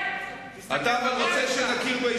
תסתכל בנגב.